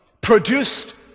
produced